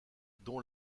don